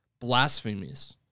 blasphemous